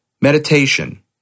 Meditation